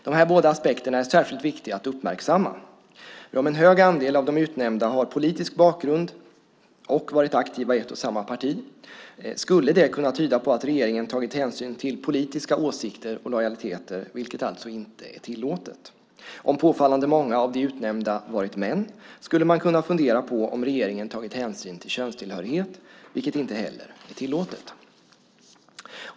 De här båda aspekterna är särskilt viktiga att uppmärksamma, för om en hög andel av de utnämnda har politisk bakgrund och har varit aktiva i ett och samma parti skulle det kunna tyda på att regeringen tagit hänsyn till politiska åsikter och lojaliteter, vilket alltså inte är tillåtet. Om påfallande många av de utnämnda har varit män skulle man kunna fundera på om regeringen har tagit hänsyn till könstillhörighet, vilket inte heller är tillåtet.